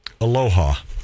aloha